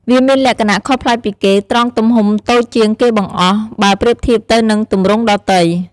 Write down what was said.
វាមានលក្ខណៈខុសប្លែកពីគេ ត្រង់ទំហំតូចជាងគេបង្អស់ បើប្រៀបធៀបទៅនឹងទម្រង់ដទៃ ។